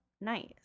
nice